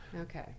Okay